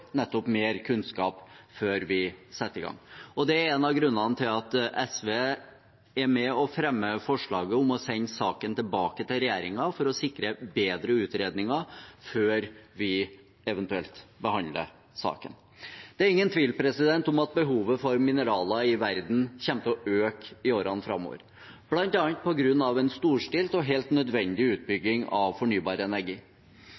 nettopp mer kunnskap før vi setter i gang. Det er en av grunnene til at SV er med og fremmer forslaget om å sende saken tilbake til regjeringen for å sikre bedre utredninger før vi eventuelt behandler saken. Det er ingen tvil om at behovet i verden for mineraler kommer til å øke i årene framover, bl.a. på grunn av en storstilt og helt nødvendig utbygging av fornybar energi.